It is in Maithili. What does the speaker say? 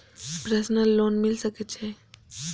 प्रसनल लोन मिल सके छे?